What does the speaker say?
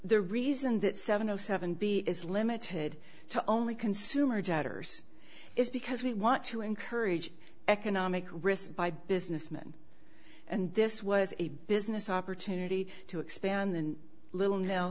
the reason that seven zero seven b is limited to only consumer doubters is because we want to encourage economic risk by businessmen and this was a business opportunity to expand the little no